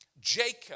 Jacob